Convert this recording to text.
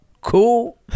cool